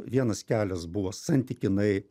vienas kelias buvo santykinai